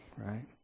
Right